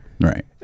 Right